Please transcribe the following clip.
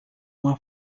uma